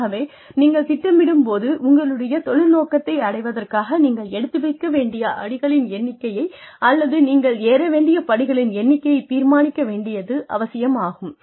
ஆகவே நீங்கள் திட்டமிடும் போது உங்களுடைய தொழில் நோக்கத்தை அடைவதற்காக நீங்கள் எடுத்து வைக்க வேண்டிய அடிகளின் எண்ணிக்கையை அல்லது நீங்கள் ஏற வேண்டிய படிகளின் எண்ணிக்கையைத் தீர்மானிக்க வேண்டியது அவசியமாகும்